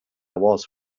was